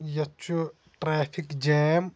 یَتھ چھُ traffic jam